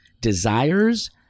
desires